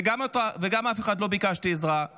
וגם לא ביקשתי עזרה של אף אחד.